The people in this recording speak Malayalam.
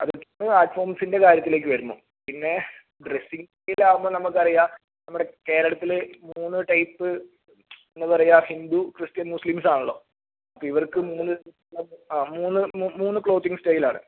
അതുപോലെ ആർട്ട് ഫോംസിന്റെ കാര്യത്തിലേക്ക് വരുന്നു പിന്നെ ഡ്രസ്സിങ്ങിലാകുമ്പോൾ നമുക്കറിയാം നമ്മുടെ കേരളത്തിൽ മൂന്നു ടൈപ്പ് എന്താണ് പറയുക ഹിന്ദു ക്രിസ്ത്യൻ മുസ്ലിംസ് ആണല്ലോ അപ്പോൾ ഇവർക്ക് മൂന്നു ആ മൂന്നു മൂന്ന് ക്ലോത്തിങ് സ്റ്റൈൽ ആണ്